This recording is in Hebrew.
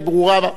היא ברורה.